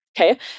Okay